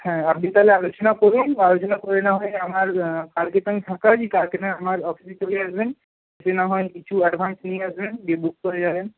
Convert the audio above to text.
হ্যাঁ আপনি তাহলে আলোচনা করুন আলোচনা করে না হয় আমার কালকে তো আমি ফাঁকা আছি কালকে নয় আমার অফিসে চলে আসবেন এসে না হয় কিছু অ্যাডভান্স নিয়ে আসবেন দিয়ে বুক করে যাবেন